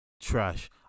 trash